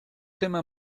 tema